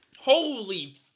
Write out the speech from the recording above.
Holy